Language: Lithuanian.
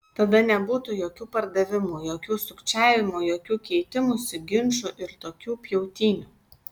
tada nebūtų jokių pardavimų jokių sukčiavimų jokių keitimųsi ginčų ir tokių pjautynių